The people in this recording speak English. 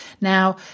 Now